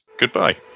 goodbye